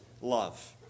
love